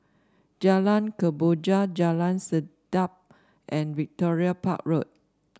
Jalan Kemboja Jalan Sedap and Victoria Park Road